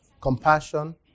Compassion